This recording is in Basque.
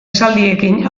esaldiekin